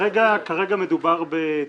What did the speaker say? כרגע מדובר בטיוטה,